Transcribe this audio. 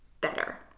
better